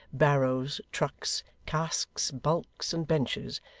barrows trucks, casks, bulks, and benches,